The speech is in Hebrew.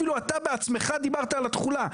אפילו אתה בעצמך דיברת על התחולה,